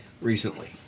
recently